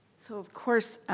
so of course,